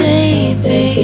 Baby